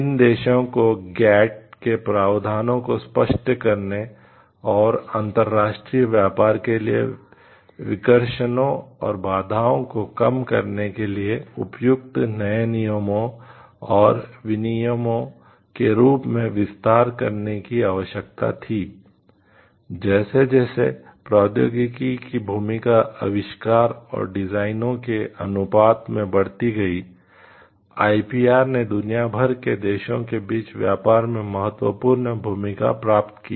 इन देशों को गैट ने दुनिया भर के देशों के बीच व्यापार में महत्वपूर्ण भूमिका प्राप्त की